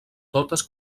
totes